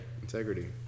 Integrity